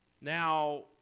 Now